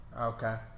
Okay